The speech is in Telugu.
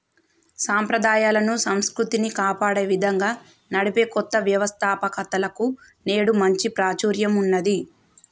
సంప్రదాయాలను, సంస్కృతిని కాపాడే విధంగా నడిపే కొత్త వ్యవస్తాపకతలకు నేడు మంచి ప్రాచుర్యం ఉన్నది